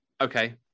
okay